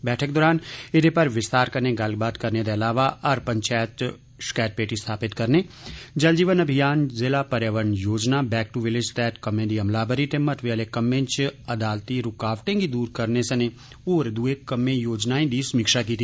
बैठक दौरान एदे पर विस्तार कन्नै गल्लबात करने दे अलावा हर पंचैत च षकैती पेटी स्थापित करने जल जीवन अभियान जिला पर्यावरण योजना बैक दू विलेज तहत कम्में दी अमलावरी ते महत्वें आह्ले कम्में च अदालती रूकावटें गी दूर करने सनें होर दुए कम्में योजनाएं दी समीक्षा कीती